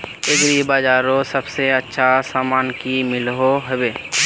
Agri बजारोत सबसे अच्छा सामान की मिलोहो होबे?